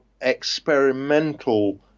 experimental